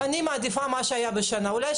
אני מעדיפה את מה שהיה השנה.